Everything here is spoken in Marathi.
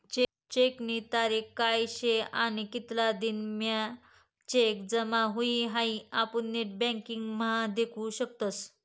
चेकनी तारीख काय शे आणि कितला दिन म्हां चेक जमा हुई हाई आपुन नेटबँकिंग म्हा देखु शकतस